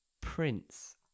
Prince